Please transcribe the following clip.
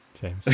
James